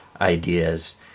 ideas